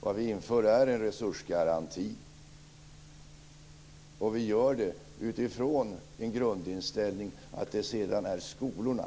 Vad vi inför är en resursgaranti, och vi gör det utifrån grundinställningen att det sedan är skolorna,